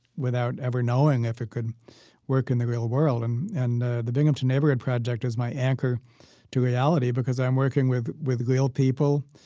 without ever knowing if it could work in the real world. and and the the binghamton neighborhood project is my anchor to reality because i am working with with real people,